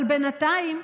אבל בינתיים,